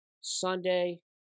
Sunday